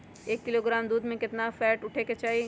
एक किलोग्राम दूध में केतना फैट उठे के चाही?